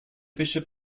bishop